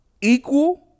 equal